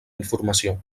informació